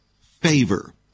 favor